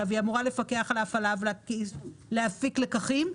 והיא אמורה לפקח על ההפעלה ולהפיק לקחים,